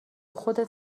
خودت